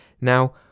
Now